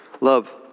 love